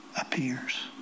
appears